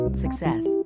success